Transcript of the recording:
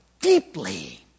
deeply